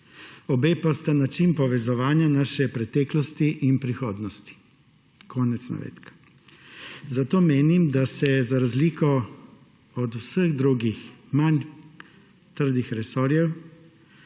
obe pa sta način povezovanja naše preteklosti in prihodnosti.« Konec navedka. Zato menim, da se za razliko od vseh drugih, manj trdih resorjev